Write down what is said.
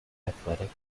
athletic